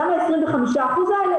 גם ה-25% האלה,